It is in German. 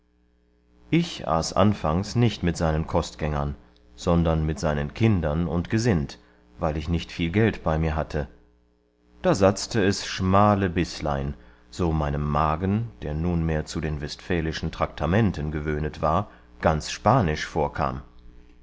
ich aß anfangs nicht mit seinen kostgängern sondern mit seinen kindern und gesind weil ich nicht viel geld bei mir hatte da satzte es schmale bißlein so meinem magen der nunmehr zu den westfälischen traktamenten gewöhnet war ganz spanisch vorkam